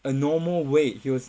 a normal weight he was